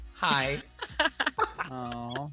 Hi